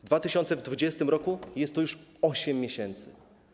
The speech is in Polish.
W 2020 r. jest to już 8 miesięcy.